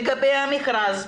לגבי המכרז,